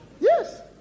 Yes